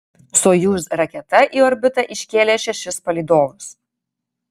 sojuz raketa į orbitą iškėlė šešis palydovus